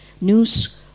news